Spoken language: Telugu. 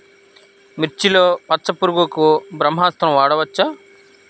మిర్చిలో పచ్చ పురుగునకు బ్రహ్మాస్త్రం వాడవచ్చా?